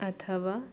ಅಥವಾ